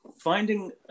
finding